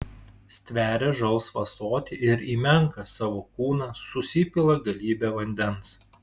stveria žalsvą ąsotį ir į menką savo kūną susipila galybę vandens